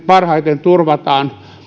parhaiten turvataan